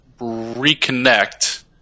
reconnect